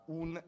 un